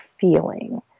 feeling